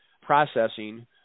processing